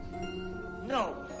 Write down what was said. No